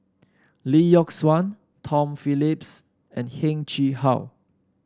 Lee Yock Suan Tom Phillips and Heng Chee How